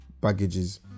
baggages